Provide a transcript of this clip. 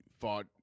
fought